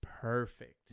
perfect